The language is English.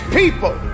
people